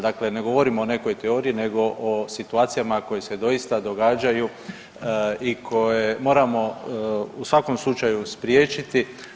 Dakle, ne govorimo o nekoj teoriji nego o situacijama koje se doista događaju i koje moramo u svakom slučaju spriječiti.